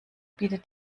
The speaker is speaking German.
bietet